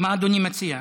מה אדוני מציע?